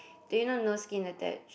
do you know no skin attached